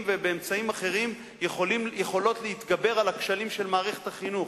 ובאמצעים אחרים יכולות להתגבר על הכשלים של מערכת החינוך.